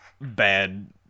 bad